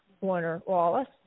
Warner-Wallace